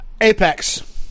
Apex